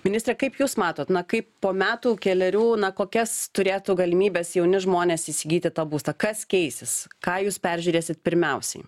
ministre kaip jūs matot na kaip po metų kelerių na kokias turėtų galimybes jauni žmonės įsigyti tą būstą kas keisis ką jūs peržiūrėsit pirmiausiai